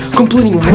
completing